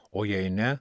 o jei ne